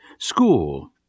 School